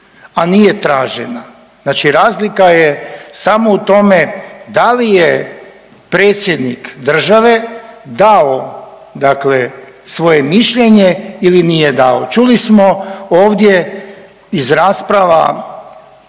a nije tražena, znači razlika je samo u tome da li je predsjednik države dao dakle svoje mišljenje ili nije dao. Čuli smo ovdje iz rasprava